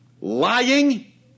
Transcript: lying